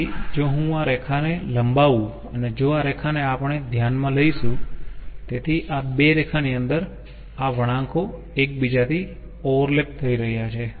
તેથી જો હું આ રેખા ને લંબાવુ અને જો આ રેખા ને આપણે ધ્યાનમાં લઈશું તેથી આ બે રેખા ની અંદર આ વણાંકો એકબીજાથી ઓવરલેપ થઈ રહ્યા છે